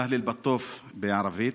סהל אל-בטוף בערבית,